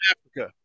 Africa